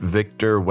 Victor